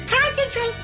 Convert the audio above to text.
Concentrate